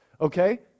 okay